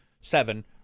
seven